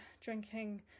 drinking